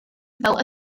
fel